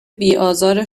بیآزار